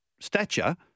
stature